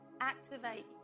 Activate